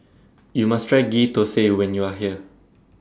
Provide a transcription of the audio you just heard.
YOU must Try Ghee Thosai when YOU Are here